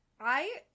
I-